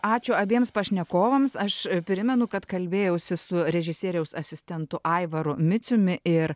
ačiū abiems pašnekovams aš primenu kad kalbėjausi su režisieriaus asistentu aivaru miciumi ir